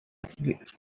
studied